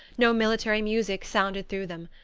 no military music sounded through them.